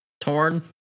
Torn